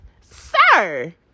Sir